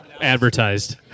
advertised